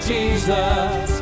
Jesus